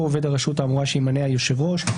או עובד הרשות האמורה שימנה היושב-ראש".